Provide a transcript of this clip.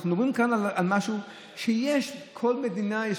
אנחנו מדברים כאן על משהו שכל מדינה יודעת לתת,